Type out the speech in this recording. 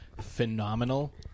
phenomenal